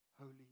holy